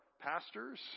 pastors